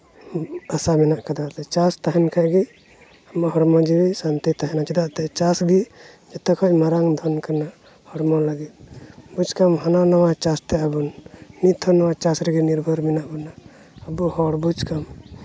ᱟᱥᱟ ᱢᱮᱱᱟᱜ ᱠᱟᱫᱟ ᱪᱟᱥ ᱛᱟᱦᱮᱱ ᱠᱷᱟᱡ ᱜᱮ ᱟᱢᱟᱜ ᱦᱚᱲᱢᱚ ᱡᱤᱣᱤ ᱥᱟᱹᱱᱛᱤ ᱛᱟᱦᱮᱱᱟ ᱪᱮᱫᱟᱜᱛᱮ ᱪᱟᱥ ᱜᱮ ᱡᱮᱛᱮ ᱠᱷᱚᱱ ᱢᱟᱨᱟᱝ ᱫᱷᱚᱱ ᱠᱟᱱᱟ ᱦᱚᱲᱢᱚ ᱞᱟᱹᱜᱤᱫ ᱵᱩᱡᱽᱠᱟᱢ ᱦᱟᱱᱟ ᱱᱟᱣᱟ ᱪᱟᱥᱛᱮ ᱟᱵᱚᱱ ᱱᱤᱛ ᱦᱚᱸ ᱱᱚᱣᱟ ᱪᱟᱥ ᱨᱮᱜᱮ ᱱᱤᱨᱵᱷᱚᱨ ᱢᱮᱱᱟᱜ ᱵᱚᱱᱟ ᱟᱵᱚ ᱦᱚᱲ ᱵᱩᱡᱽ ᱠᱟᱢ